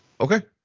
Okay